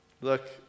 Look